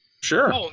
Sure